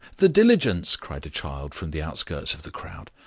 the diligence! cried a child from the outskirts of the crowd.